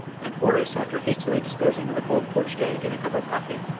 and horace, after hastily disposing of a cold poached egg and a cup of coffee,